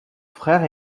frère